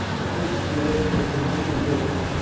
let's see if we can get a good feeling clip.